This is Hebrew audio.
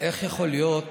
איך יכול להיות